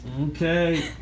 Okay